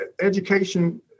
Education